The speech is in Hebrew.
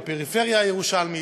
בפריפריה הירושלמית,